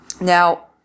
Now